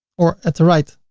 or at the right.